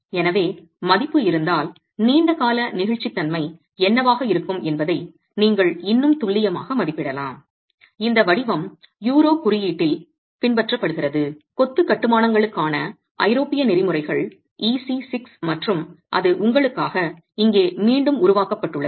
எனவே மதிப்பு இருந்தால் நீண்ட கால நெகிழ்ச்சித் தன்மை என்னவாக இருக்கும் என்பதை நீங்கள் இன்னும் துல்லியமாக மதிப்பிடலாம் இந்த வடிவம் யூரோ குறியீட்டில் பின்பற்றப்படுகிறது கொத்து கட்டுமானங்களுக்கான ஐரோப்பிய நெறிமுறைகள் EC 6 மற்றும் அது உங்களுக்காக இங்கே மீண்டும் உருவாக்கப்பட்டுள்ளது